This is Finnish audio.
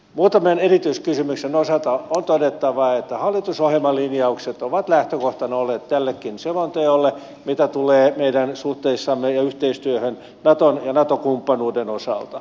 muutaman erityiskysymyksen osalta on todettava että hallitusohjelmalinjaukset ovat lähtökohtana olleet tällekin selonteolle mitä tulee meidän suhteisiimme ja yhteistyöhön naton ja nato kumppanuuden osalta